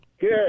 Good